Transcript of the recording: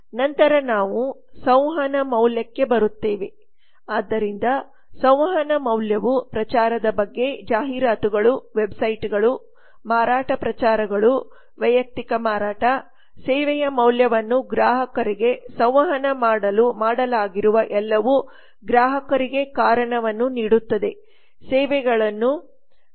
ನಂತರ ನಾವು ಸಂವಹನ ಮೌಲ್ಯಕ್ಕೆ ಬರುತ್ತೇವೆ ಆದ್ದರಿಂದ ಸಂವಹನ ಮೌಲ್ಯವು ಪ್ರಚಾರದ ಬಗ್ಗೆ ಜಾಹೀರಾತುಗಳು ವೆಬ್ಸೈಟ್ಗಳು ಮಾರಾಟ ಪ್ರಚಾರಗಳು ವೈಯಕ್ತಿಕ ಮಾರಾಟ ಸೇವೆಯ ಮೌಲ್ಯವನ್ನು ಗ್ರಾಹಕರಿಗೆ ಸಂವಹನ ಮಾಡಲು ಮಾಡಲಾಗಿರುವ ಎಲ್ಲವು ಗ್ರಾಹಕರಿಗೆ ಕಾರಣವನ್ನು ನೀಡುತ್ತದೆ ಸೇವೆಗಳನ್ನು ಖರೀದಿಸಬೇಕು